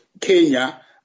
Kenya